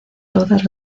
todas